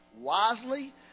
wisely